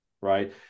right